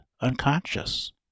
unconscious